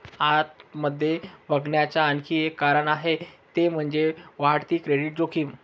आत मध्ये बघण्याच आणखी एक कारण आहे ते म्हणजे, वाढती क्रेडिट जोखीम